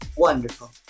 wonderful